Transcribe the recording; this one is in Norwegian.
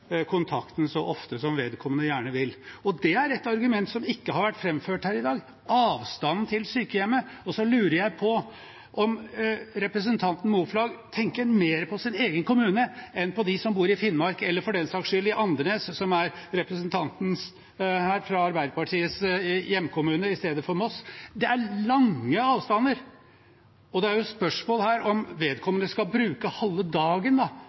så ofte som vedkommende gjerne vil. Det er et argument som ikke har vært framført her i dag: avstanden til sykehjemmet. Jeg lurer på om representanten Moflag tenker mer på sin egen kommune enn på dem som bor i Finnmark – eller for den saks skyld i Andenes, som er representanten fra Arbeiderpartiets hjemkommune, istedenfor Moss. Det er store avstander. Det er jo et spørsmål her, om vedkommende skal bruke halve dagen